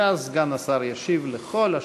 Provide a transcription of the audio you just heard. ואז סגן השר ישיב לכל השואלים.